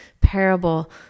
parable